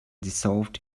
dissolved